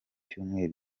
cyumweru